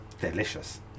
delicious